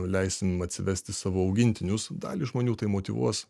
leisim atsivesti savo augintinius dalį žmonių tai motyvuos